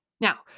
Now